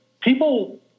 people –